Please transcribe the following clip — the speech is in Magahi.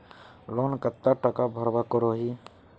लोन कतला टाका भरवा करोही?